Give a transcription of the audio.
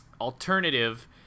alternative